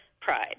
pride